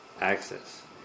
access